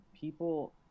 people